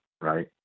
right